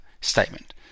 statement